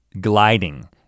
gliding